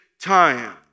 time